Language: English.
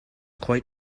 quite